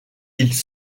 ils